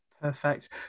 Perfect